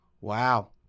wow